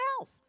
else